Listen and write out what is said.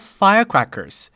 firecrackers